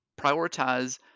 prioritize